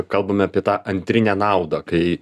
kalbam apie tą antrinę naudą kai